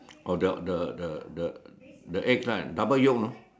oh the the the the the eggs lah double Yolk you know